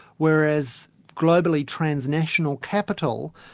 whereas globally transnational capital,